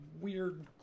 weird